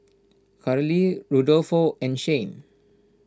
Carli Rudolfo and Shane